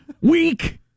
Weak